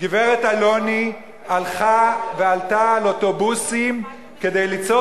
גברת אלוני, שהלכה ועלתה על אוטובוסים כדי ליצור